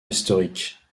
historique